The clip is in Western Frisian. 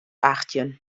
achttjin